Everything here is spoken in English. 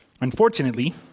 Unfortunately